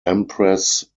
empress